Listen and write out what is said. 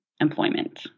employment